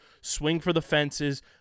swing-for-the-fences